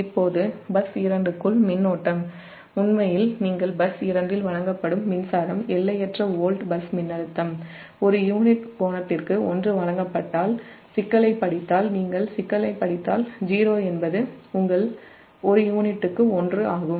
இப்போது பஸ் 2 க்குள் மின்னோட்டம் உண்மையில் பஸ் 2 இல் வழங்கப்படும் மின்சாரம் எல்லையற்ற வோல்ட் பஸ் மின்னழுத்தம் ஒரு யூனிட் கோணத்திற்கு 1 வழங்கப்பட்டால் நீங்கள் சிக்கலைப் படித்தால் '0' என்பது 1 யூனிட்டுக்கு 1 ஆகும்